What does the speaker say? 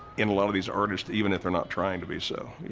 in a lot of these artists even if they're not trying to be so.